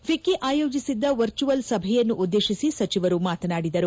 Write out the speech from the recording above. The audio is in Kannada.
ಫಿಕ್ಕಿ ಆಯೋಜಿಸಿದ್ದ ವರ್ಚುವಲ್ ಸಭೆಯನ್ನು ಉದ್ದೇಶಿಸಿ ಅವರು ಮಾತನಾಡಿದರು